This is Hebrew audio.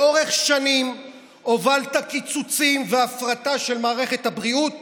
לאורך שנים הובלת קיצוצים והפרטה של מערכת הבריאות